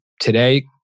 today